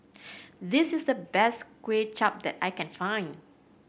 this is the best Kuay Chap that I can find